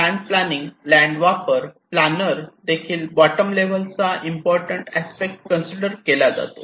land planning land वापर planner देखील bottom लेव्हलचा इम्पॉर्टंट अस्पेक्ट कन्सिडर केला जातो